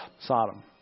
Sodom